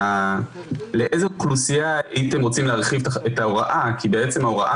לאיזה אוכלוסייה הייתם רוצים להרחיב את ההוראה כי ההוראה